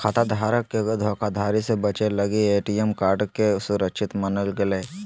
खाता धारक के धोखाधड़ी से बचे लगी ए.टी.एम कार्ड के सुरक्षित मानल गेलय